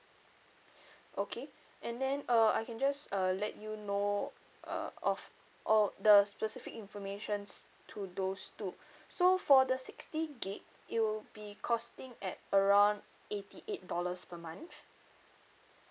okay and then uh I can just uh let you know uh of all the specific informations to those two so for the sixty gig it will be costing at around eighty eight dollars per month